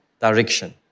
direction